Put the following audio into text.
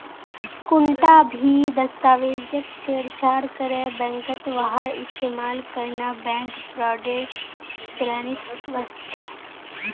कुंटा भी दस्तावेजक छेड़छाड़ करे बैंकत वहार इस्तेमाल करना बैंक फ्रॉडेर श्रेणीत वस्छे